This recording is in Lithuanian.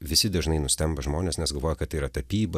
visi dažnai nustemba žmonės nes galvoja kad tai yra tapyba